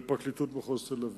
ופרקליטות מחוז תל-אביב,